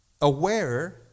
aware